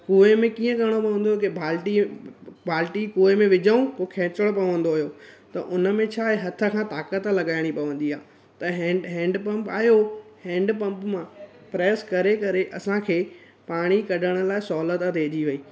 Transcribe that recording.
कुएं में कीअं करणो पवंदो हुयो की बाल्टीअ बाल्टी कुएं में विझूं पोइ खेचणो पवंदो हुयो त उनमें छा आहे हथ खां ताक़त लॻाइणी पवंदी आहे त हैंड हैडपंप आयो हैंडपंप मां प्रैस करे करे असांखे पाणी कढण लाइ सहुलियतु पइजी वई